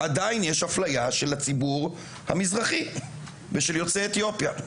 עדיין יש אפליה של הציבור המזרחי ושל יוצאי אתיופיה,